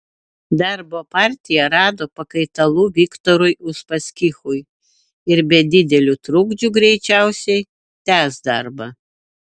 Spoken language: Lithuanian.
darbo partija rado pakaitalų viktorui uspaskichui ir be didelių trukdžių greičiausiai tęs darbą